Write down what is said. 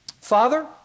Father